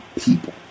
people